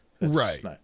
right